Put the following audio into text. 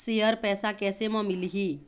Share पैसा कैसे म मिलही?